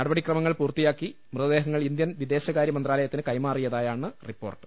നടപടിക്രമങ്ങൾ പൂർത്തിയാക്കി മൃതദേഹം ഇന്ത്യൻ വിദേശകാര്യ മന്ത്രാലയത്തിന് കൈമാറിയതായാണ് റിപ്പോർട്ട്